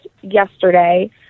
yesterday